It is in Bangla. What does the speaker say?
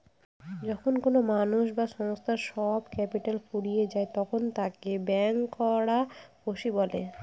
যখন কোনো মানুষ বা সংস্থার সব ক্যাপিটাল ফুরিয়ে যায় তখন তাকে ব্যাংকরাপসি বলে